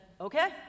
okay